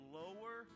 lower